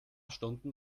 stunden